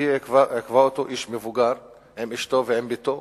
והיא עיכבה אותו, איש מבוגר, עם אשתו ועם בתו,